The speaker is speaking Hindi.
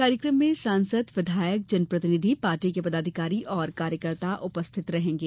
कार्यक्रम में सांसद विधायक जनप्रतिनिधिगण पार्टी के पदाधिकारी और कार्यकर्ता उपस्थित रहेंगे